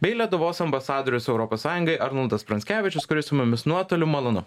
bei lietuvos ambasadorius europos sąjungai arnoldas pranckevičius kuris su mumis nuotoliu malonu